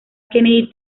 kennedy